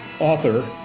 author